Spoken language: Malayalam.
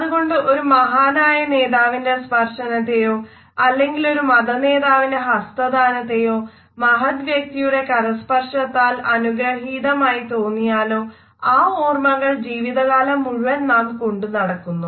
അതുകൊണ്ടാണ് ഒരു മഹാനായ നേതാവിന്റെ സ്പർശനത്തെയോ അല്ലെങ്കിലൊരു മത നേതാവിന്റെ ഹസ്തദാനത്തെയോ മഹത്വ്യക്തിയുടെ കരസ്പര്ശത്താൽ അനുഗ്രഹീതനായി തോന്നിയാലോ ആ ഓർമ്മകൾ ജീവിതകാലം മുഴുവൻ നാം കൊണ്ടു നടക്കുന്നത്